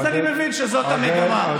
אז אני מבין שזאת המגמה.